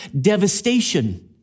devastation